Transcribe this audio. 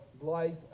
life